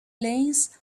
lanes